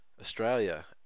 Australia